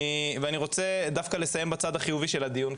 אני רוצה לסיים דווקא בצד החיובי של הדיון,